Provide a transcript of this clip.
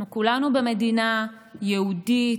אנחנו כולנו במדינה יהודית,